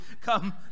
come